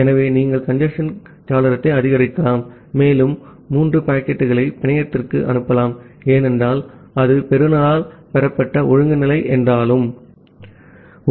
ஆகவே நீங்கள் கஞ்சேஸ்ன் சாளரத்தை அதிகரிக்கலாம் மேலும் மூன்று பாக்கெட்டுகளை பிணையத்திற்கு அனுப்பலாம் ஏனென்றால் அது ஒழுங்கு இல்லை என்றாலும் பெறுநரால் பெறப்பட்டது